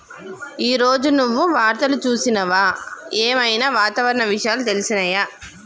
ఈ రోజు నువ్వు వార్తలు చూసినవా? ఏం ఐనా వాతావరణ విషయాలు తెలిసినయా?